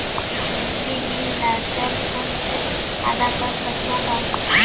बिजली बिल ला cell phone से आदा कर सकबो का?